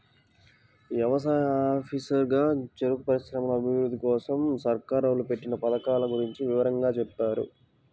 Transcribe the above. యవసాయ ఆఫీసరు గారు చెరుకు పరిశ్రమల అభిరుద్ధి కోసరం సర్కారోళ్ళు పెట్టిన పథకాల గురించి వివరంగా చెప్పారు